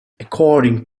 according